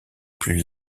plus